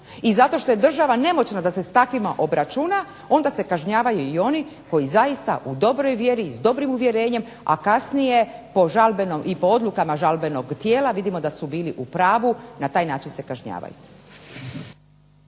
i zato što je državna nemoćna da se s takvima obračuna, onda se kažnjavaju i oni koji zaista u dobroj vjeri i s dobrim uvjerenjem, a kasnije po žalbenom i po odlukama žalbenog tijela vidimo da su bili u pravu, na taj način se kažnjavaju.